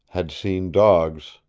had seen dogs.